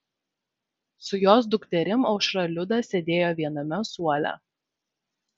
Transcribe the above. su jos dukterim aušra liuda sėdėjo viename suole